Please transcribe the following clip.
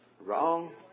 Wrong